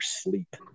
sleep